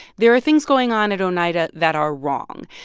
there are things going on at oneida that are wrong.